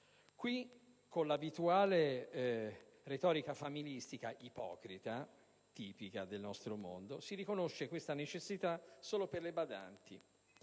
con l'abituale retorica familistica, ipocrita e tipica del nostro mondo, si riconosce tale necessità solo per le badanti